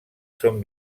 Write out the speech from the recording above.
són